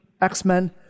X-Men